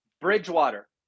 Bridgewater